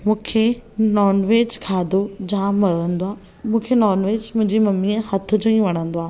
मूंखे non veg खाधो जाम वणंदो आहे मूंखे नॉन वेज मुंहिंजी मम्मीअ जे हथ जो ई वणंदो आहे